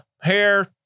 hair